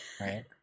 right